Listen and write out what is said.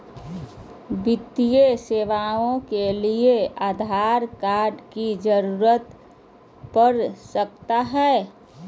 वित्तीय सेवाओं के लिए आधार कार्ड की जरूरत पड़ सकता है?